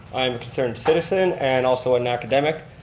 i am a concerned citizen and also an academic.